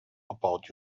about